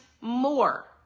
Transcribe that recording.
more